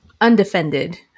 undefended